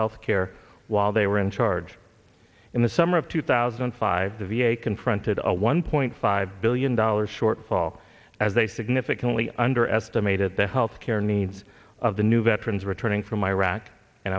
health care while they were in charge in the summer of two thousand and five the v a confronted a one point five billion dollars shortfall as they significantly underestimated the health care needs of the new veterans returning from iraq and